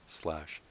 slash